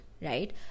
right